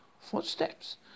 footsteps